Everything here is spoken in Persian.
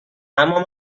اما